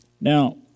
Now